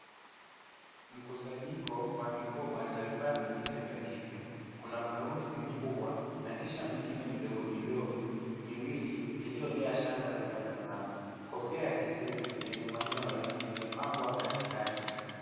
Mkusanyiko wa mikoba na vifaa vingine vya kike. Kuna mweusi mkubwa na kisha mingine vidogo vidogo miwili iliyojaa shanga zinazong'aa. Kofia ya kijivu yenye manyoya imepambwa katikati.